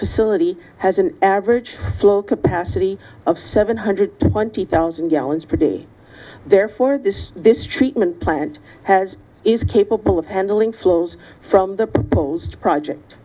facility has an average flow capacity of seven hundred twenty thousand gallons per day therefore this this treatment plant has is capable of handling flows from the post project